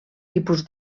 tipus